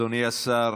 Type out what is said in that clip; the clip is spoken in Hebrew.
אדוני השר